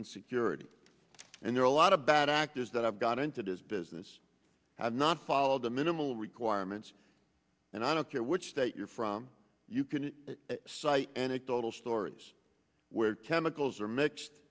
and security and there are a lot of bad actors that i've got into this business have not followed the minimal requirements and i don't care which state you're from you can cite anecdotal stories where chemicals are mixed